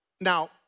Now